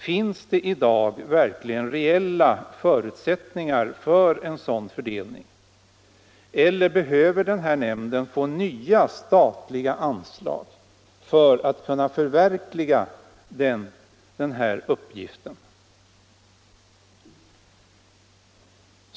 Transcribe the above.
Finns det i dag verkligen reella förutsättningar för en sådan fördelning, eller behöver denna nämnd få nya statliga anslag för att kunna klara den uppgiften?